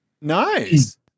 Nice